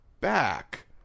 back